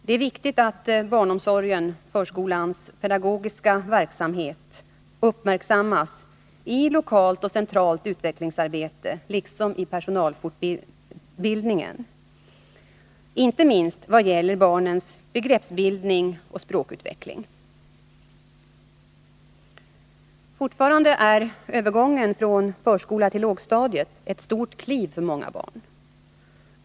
Det är viktigt att barnomsorgens och förskolans pedagogiska verksamhet — inte minst vad gäller barnens begreppsbildning och språkutveckling — uppmärksammas i lokalt och centralt utvecklingsarbete liksom i personalfortbildningen. Fortfarande är övergången från förskolan till lågstadiet ett stort kliv för många barn.